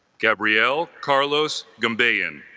gabrielle carlos gambian